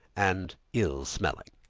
and ill-smelling.